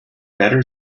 better